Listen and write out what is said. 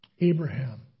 Abraham